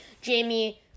Jamie